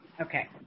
Okay